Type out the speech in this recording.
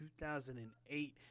2008